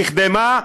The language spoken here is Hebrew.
למה?